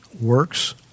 works